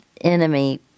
enemy